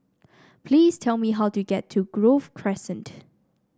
please tell me how to get to Grove Crescent